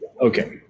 Okay